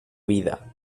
vida